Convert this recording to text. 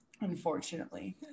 unfortunately